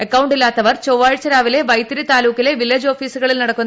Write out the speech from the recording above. അക്കൌണ്ടില്ലാത്തവർ ചൊവ്വാഴ്ച രാവിലെ വൈത്തിരി താലൂക്കിലെ വില്ലേജ് ഓഫീസുകളിൽ പങ്കെടുക്കണം